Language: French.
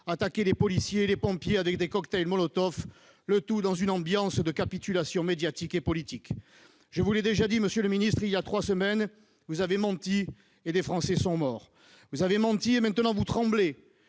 attaquer des policiers et des pompiers avec des cocktails Molotov, le tout dans une ambiance de capitulation médiatique et politique ! Je vous l'ai déjà dit il y a trois semaines, monsieur le ministre : vous avez menti et des Français sont morts ! Vous avez menti, et maintenant vous tremblez